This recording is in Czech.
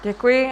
Děkuji.